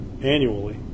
annually